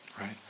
right